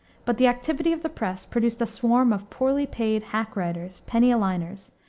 but the activity of the press produced a swarm of poorly-paid hack-writers, penny-a-liners,